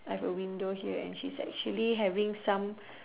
I've a window here and she's actually having some